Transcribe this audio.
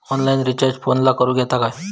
Online recharge फोनला करूक येता काय?